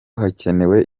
hakenewe